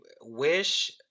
Wish